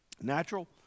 natural